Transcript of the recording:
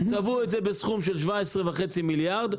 צבעו את זה בסכום של 17.5 מיליארד שקל,